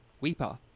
Weeper